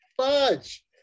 fudge